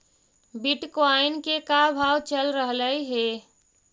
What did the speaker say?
Bitcoin के का भाव चल रहलई हे?